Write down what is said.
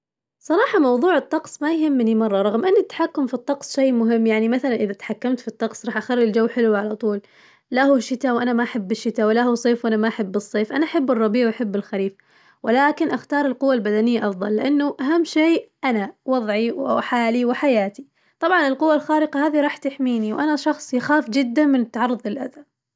صراحة موضوع الطقس ما يهمني مرة رغم إن التحكم في الطقس شي مهم، يعني مثلاً إذا تحكمت في الطقس راح أخلي الجو حلو على طول، لا هو شتا وأنا ما أحب الشتا ولا هو صيف وأنا ما أحب الصيف، أنا أحب الربيع وأحب الخريف، ولكن أختار القوة البدنية أفظل لأنه أهم شي أنا وظعي وحالي وحياتي، طبعاً القوة الخارقة هذي راح تحميني وأنا شخص يخاف جداً من التعرض للأذى.